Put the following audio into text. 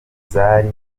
zari